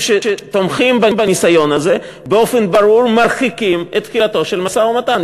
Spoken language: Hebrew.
שתומכים בניסיון הזה באופן ברור מרחיקים את תחילתו של משא-ומתן.